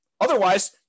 Otherwise